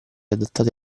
adattati